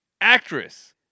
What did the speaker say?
Actress